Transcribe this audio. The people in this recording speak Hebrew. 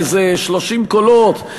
באיזה 30 קולות,